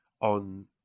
on